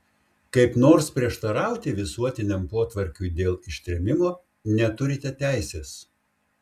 kaip nors prieštarauti visuotiniam potvarkiui dėl ištrėmimo neturite teisės